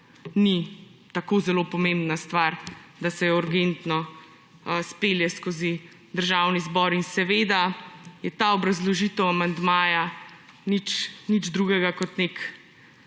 ni tako zelo pomembna stvar, da se urgentno izpelje skozi Državni zbor in seveda je ta obrazložitev amandmaja nič drugega kot nek